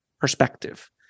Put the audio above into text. perspective